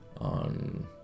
on